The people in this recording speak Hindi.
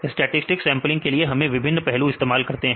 स्टोकेस्टिक सेंपलिंग के लिए हम विभिन्न पहलू इस्तेमाल करते हैं